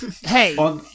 Hey